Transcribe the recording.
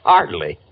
Hardly